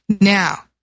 Now